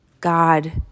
God